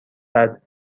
بعد